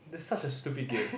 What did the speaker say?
it's such a stupid game